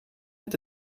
met